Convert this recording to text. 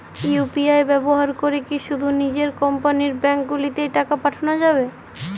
UPI ব্যবহার করে কি শুধু নিজের কোম্পানীর ব্যাংকগুলিতেই টাকা পাঠানো যাবে?